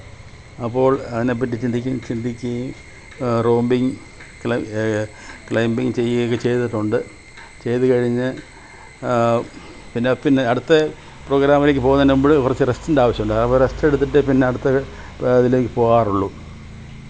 അപ്പോൾ അതിനെപ്പറ്റി ചിന്തിക്ക് ചിന്തിക്കുകയും റോമ്പിങ് ക്ലൈ ക്ലൈമ്പിങ് ചെയ്യുകയുമൊക്കെ ചെയ്തിട്ടുണ്ട് ചെയ്തു കഴിഞ്ഞ് പിന്നെ പിന്നെ അടുത്ത പ്രോഗ്രാമിലേക്ക് പോകുന്നതിനു മുന്പില് കുറച്ച് റെസ്റ്റിന്റെ ആവശ്യമുണ്ട് അപ്പോള് റെസ്റ്റ് എടുത്തിട്ട് പിന്നടുത്ത അതിലേക്ക് പോകാറുള്ളു